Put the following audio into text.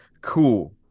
Cool